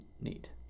neat